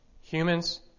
Humans